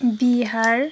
Bihar